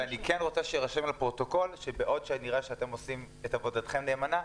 אני רוצה שיירשם לפרוטוקול שבעוד שנראה שאתם עושים את עבודתכם נאמנה,